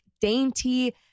dainty